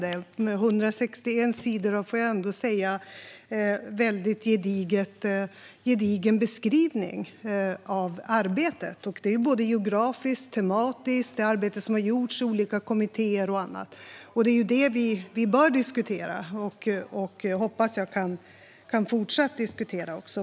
Den är på 161 sidor och är, får jag ändå säga, en väldigt gedigen beskrivning av det arbete som har gjorts i olika kommittéer och annat, både geografiskt och tematiskt. Det är ju detta vi bör diskutera, och jag hoppas att vi kan fortsätta att diskutera det.